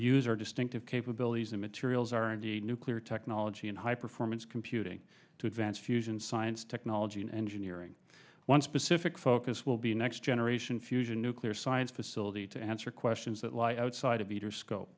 distinctive capabilities in materials r and d nuclear technology and high performance computing to advance fusion science technology and engineering one specific focus will be next generation fusion nuclear science facility to answer questions that lie outside of your scope